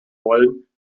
wollen